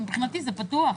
מבחינתי זה פתוח.